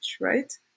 right